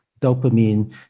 dopamine